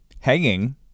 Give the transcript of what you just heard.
hanging